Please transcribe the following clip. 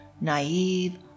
naive